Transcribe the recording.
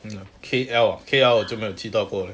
you know K_L ah K_L 我就没有去到过 leh